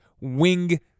Wing